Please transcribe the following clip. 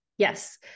Yes